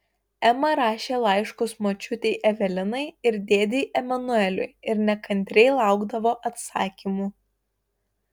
ema rašė laiškus močiutei evelinai ir dėdei emanueliui ir nekantriai laukdavo atsakymų